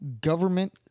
government